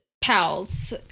pals